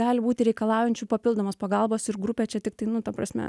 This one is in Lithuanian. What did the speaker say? gali būti reikalaujančių papildomos pagalbos ir grupė čia tiktai nu ta prasme